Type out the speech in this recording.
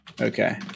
okay